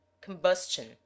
combustion